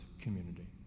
community